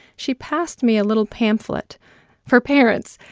she passed me a little pamphlet for parents.